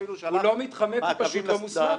הוא לא מתחמק, הוא פשוט לא מוסמך.